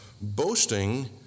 boasting